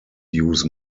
use